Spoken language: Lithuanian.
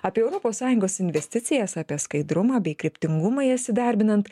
apie europos sąjungos investicijas apie skaidrumą bei kryptingumą jas įdarbinant